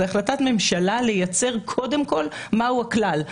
זו החלטת ממשלה לייצר קודם כל מהו הכלל.